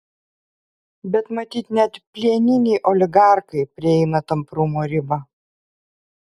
bet matyt net plieniniai oligarchai prieina tamprumo ribą